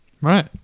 Right